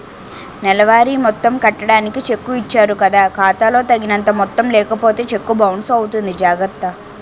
నెలవారీ మొత్తం కట్టడానికి చెక్కు ఇచ్చారు కదా ఖాతా లో తగినంత మొత్తం లేకపోతే చెక్కు బౌన్సు అవుతుంది జాగర్త